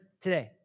today